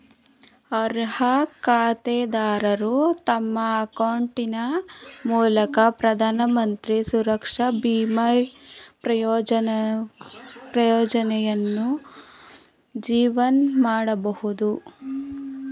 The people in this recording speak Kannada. ಅರ್ಹ ಖಾತೆದಾರರು ತಮ್ಮ ಅಕೌಂಟಿನ ಮೂಲಕ ಪ್ರಧಾನಮಂತ್ರಿ ಸುರಕ್ಷಾ ಬೀಮಾ ಯೋಜ್ನಯನ್ನು ಜೀವನ್ ಮಾಡಬಹುದು